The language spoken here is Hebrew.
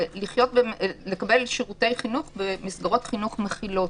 לקבל שירותי חינוך במסגרות חינוך מכילות.